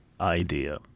idea